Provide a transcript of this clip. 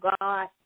God